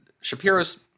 Shapiro's